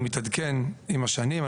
הוא מתעדכן עם השנים.